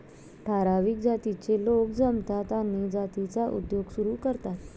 ठराविक जातीचे लोक जमतात आणि जातीचा उद्योग सुरू करतात